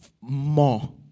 more